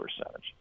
percentage